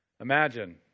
Imagine